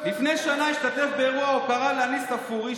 לפני שנה השתתף באירוע הוקרה לאניס ספורי,